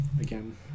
again